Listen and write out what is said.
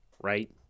right